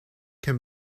can